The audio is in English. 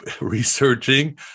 researching